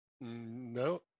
No